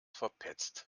verpetzt